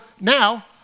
now